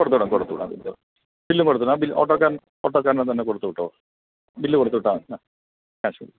കൊടുത്തുവിടാം കൊടുത്തുവിടാം ബില്ലും ബില്ലും കൊടുത്തു വിടാം ആ ബിൽ ഓട്ടോക്കാരൻ ഓട്ടോക്കാരൻ്റെയിൽ തന്നെ കൊടുത്തു വിട്ടോ ബില്ല് കൊടുത്തുവിട്ടാൽമതി ആ ആ ശരി